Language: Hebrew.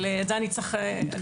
נצטרך לבדוק.